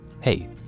Hey